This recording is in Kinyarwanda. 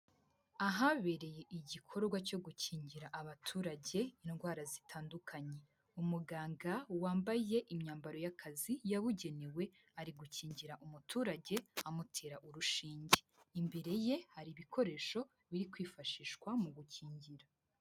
Ahabereye igikorwa cyo gukingira abaturage indwara zitandukanye, umuganga wambaye imyambaro y'akazi yabugenewe ari gukingira umuturage amutera urushinge, imbere ye hari ibikoresho biri kwifashishwa mu gukingira.